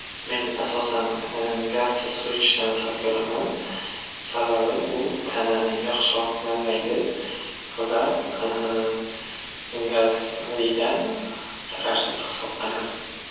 Men asosan gazsiz suv ichishni afzal ko'raman. Sababi u tanani yaxshiroq namlaydi va gazlidan zararsiz hisoblanadi.